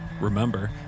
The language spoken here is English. Remember